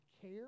care